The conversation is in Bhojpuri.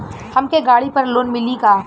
हमके गाड़ी पर लोन मिली का?